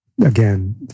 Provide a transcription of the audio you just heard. Again